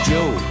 Joe